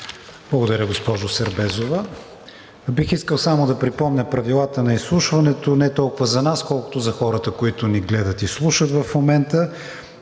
Благодаря, госпожо Сербезова. Бих искал само да припомня правилата на изслушването, не толкова за нас, колкото за хората, които ни гледат и слушат в момента.